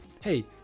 hey